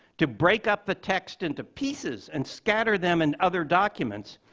to break up the text into pieces and scatter them in other documents,